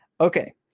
Okay